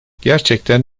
gerçekten